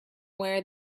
where